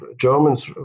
Germans